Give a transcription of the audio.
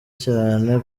cyane